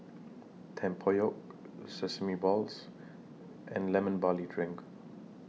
Tempoyak Sesame Balls and Lemon Barley Drink